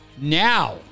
now